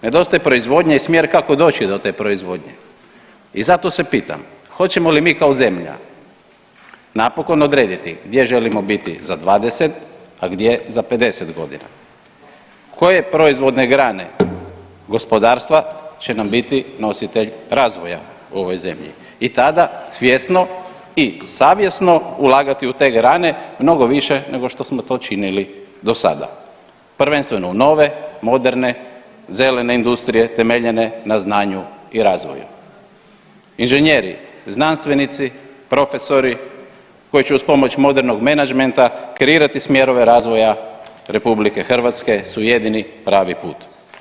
Nedostaje proizvodnja i smjer kako doći do te proizvodnje i zato se pitam hoćemo li mi kao zemlja napokon odrediti gdje želimo biti za 20., a gdje za 50.g., koje proizvodne grane gospodarstva će nam biti nositelj razvoja u ovoj zemlji i tada svjesno i savjesno ulagati u te grane, mnogo više nego što smo to činili dosada, prvenstveno u nove moderne zelene industrije temeljene na znanju i razvoju, inženjeri, znanstvenici, profesori koji će uz pomoć modernog menadžmenta kreirati smjerove razvoja RH su jedini pravi put.